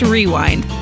Rewind